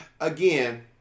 again